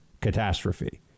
catastrophe